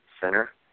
center